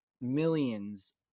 millions